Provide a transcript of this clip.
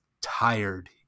tired